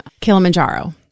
Kilimanjaro